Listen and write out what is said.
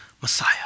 Messiah